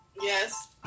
Yes